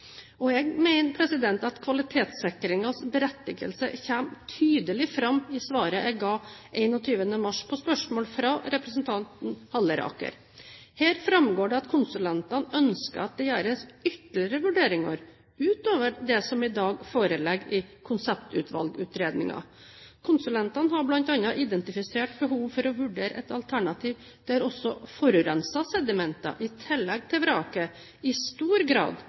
mulig. Jeg mener at kvalitetssikringens berettigelse kommer tydelig fram i svaret jeg ga 21. mars på spørsmål fra representanten Halleraker. Her framgår det at konsulentene ønsker at det gjøres ytterligere vurderinger utover det som i dag foreligger i konseptvalgutredningen. Konsulentene har bl.a. identifisert behov for å vurdere et alternativ der også forurensede sedimenter, i tillegg til vraket, i stor grad